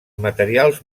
materials